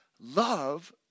Love